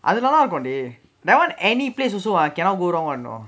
அது நல்லா இருக்கு:athu nallaa irukku dey that [one] any place also I cannot go wrong you know